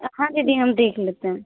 हाँ दीदी हम देख लेते हैं